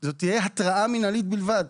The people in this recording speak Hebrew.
זאת תהיה התראה מינהלית בלבד.